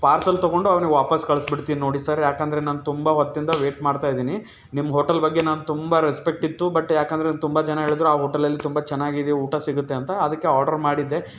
parcel ತೊಗೊಂಡು ಅವ್ನಿಗೆ ವಾಪಸ್ ಕಳಿಸ್ಬಿಡ್ತೀನಿ ನೋಡಿ ಸರ್ ಏಕೆಂದರೆ ನಾನು ತುಂಬ ಹೊತ್ತಿಂದ ವೇಟ್ ಮಾಡ್ತಾಯಿದ್ದೀನಿ ನಿಮ್ಮ ಹೋಟಲ್ ಬಗ್ಗೆ ನಾನು ತುಂಬ ರೆಸ್ಪೆಕ್ಟ್ ಇತ್ತು ಬಟ್ ಏಕೆಂದ್ರೆ ತುಂಬ ಜನ ಹೇಳಿದರು ಆ ಹೋಟಲಲ್ಲಿ ತುಂಬ ಚೆನ್ನಾಗಿದೆ ಊಟ ಸಿಗುತ್ತೆ ಅಂತ ಅದಕ್ಕೆ ಆರ್ಡ್ರ್ ಮಾಡಿದ್ದೆ